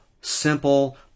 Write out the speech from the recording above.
simple